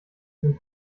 sind